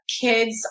kids